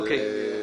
בדיוק.